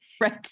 Right